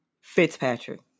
Fitzpatrick